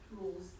Rules